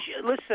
Listen